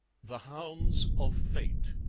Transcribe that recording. the hounds of fate